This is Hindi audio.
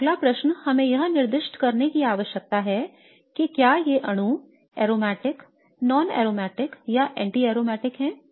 अब अगला प्रश्न हमें यह निर्दिष्ट करने की आवश्यकता है कि क्या ये अणु aromatic non aromatic या anti aromatic हैं